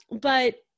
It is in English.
But-